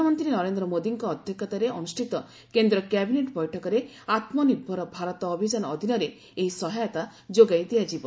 ପ୍ରଧାନମନ୍ତ୍ରୀ ନରେନ୍ଦ୍ର ମୋଦୀଙ୍କ ଅଧ୍ୟକ୍ଷତାରେ ଅନୁଷ୍ଠିତ କେନ୍ଦ୍ର କ୍ୟାବିନେଟ୍ ବୈଠକରେ ଆତ୍ମନିର୍ଭର ଭାରତ ଅଭିଯାନ ଅଧୀନରେ ଏହି ସହାୟତା ଯୋଗାଇ ଦିଆଯିବ